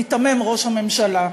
מיתמם ראש הממשלה.